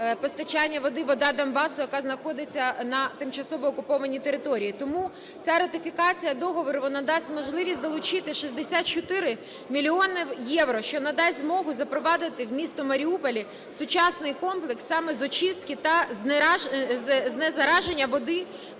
"Вода Донбасу", яка знаходиться на тимчасово окупованій території. Тому ця ратифікація договору, вона дасть можливість залучити 64 мільйона євро, що надасть змогу запровадити в місті Маріуполі сучасний комплекс саме з очистки та знезараження води